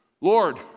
Lord